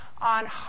on